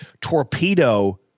torpedo